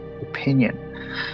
opinion